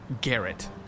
Garrett